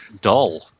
dull